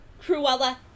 Cruella